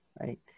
right